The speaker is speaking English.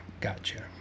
Gotcha